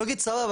הוא יגיד סבבה,